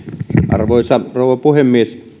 arvoisa rouva puhemies